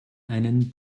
einen